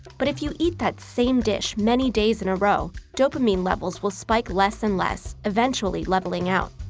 but if you eat that same dish many days in a row, dopamine levels will spike less and less, eventually leveling out.